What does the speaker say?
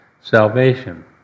salvation